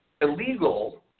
illegal